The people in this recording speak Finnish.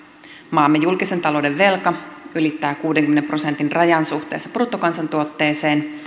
maamme julkisen talouden velka ylittää kuudenkymmenen prosentin rajan suhteessa bruttokansantuotteeseen